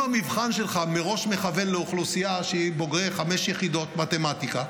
אם המבחן שלך מראש מכוון לאוכלוסייה שהיא בוגרי חמש יחידות מתמטיקה,